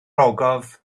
ogof